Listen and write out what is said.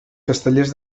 castellers